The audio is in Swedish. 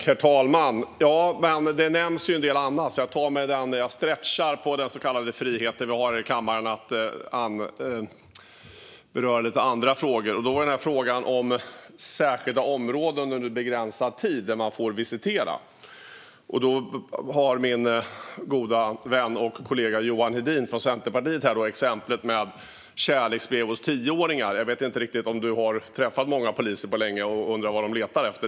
Herr talman! Det nämndes dock en del annat, så jag stretchar lite på den frihet vi har i kammaren att beröra andra frågor. Här gäller det frågan om särskilda områden där man under begränsad tid får visitera personer. Min goda vän och kollega Johan Hedin från Centerpartiet tar ett exempel med kärleksbrev hos tioåringar. Jag vet inte riktigt om du, Johan Hedin, har träffat poliser på senare tid och frågat vad de letar efter.